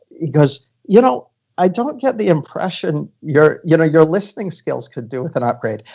he goes, you know i don't get the impression your you know your listening skills could do with an upgrade.